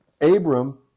abram